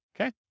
okay